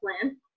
plan